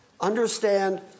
Understand